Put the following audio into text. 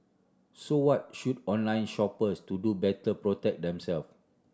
so what should online shoppers to do better protect themself